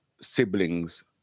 siblings